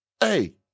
Hey